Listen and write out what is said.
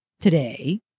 today